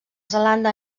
zelanda